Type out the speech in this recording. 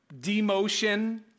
demotion